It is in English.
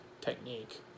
technique